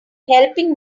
helping